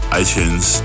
iTunes